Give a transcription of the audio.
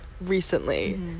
recently